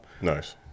Nice